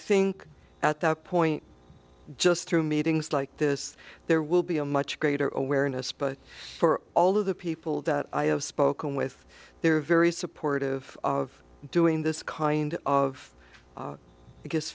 think at that point just through meetings like this there will be a much greater awareness but for all of the people that i have spoken with they're very supportive of doing this kind of